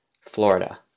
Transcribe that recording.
Florida